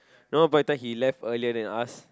one point of time he left earlier than us